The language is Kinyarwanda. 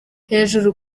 hejuru